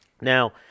Now